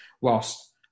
whilst